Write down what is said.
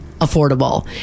affordable